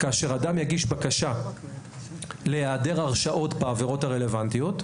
כאשר אדם יגיש בקשה להיעדר הרשעות בעבירות הרלוונטיות,